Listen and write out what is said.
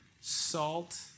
salt